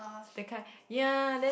the kind ya then